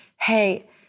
Hey